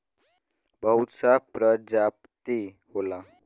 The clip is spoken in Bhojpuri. बहुत सा प्रजाति होला